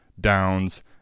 Downs